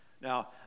now